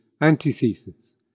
antithesis